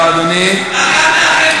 אני מבקש שתחזירי